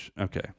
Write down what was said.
Okay